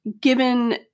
given